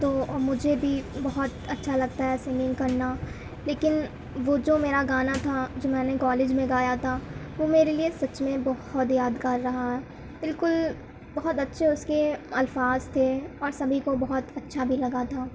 تو مجھے بھی بہت اچّھا لگتا ہے سنگنگ کرنا لیکن وہ جو میرا گانا تھا جو میں نے کالج میں گایا تھا وہ میرے لیے سچ میں بہت یادگار رہا بالکل بہت اچّّھے اس کے الفاظ تھے اور سبھی کو بہت اچّھا بھی لگا تھا